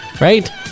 right